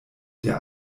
der